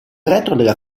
retro